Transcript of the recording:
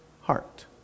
heart